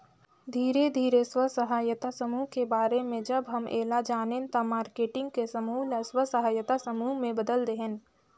धीरे धीरे स्व सहायता समुह के बारे में जब हम ऐला जानेन त मारकेटिंग के समूह ल स्व सहायता समूह में बदेल देहेन